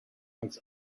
als